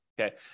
okay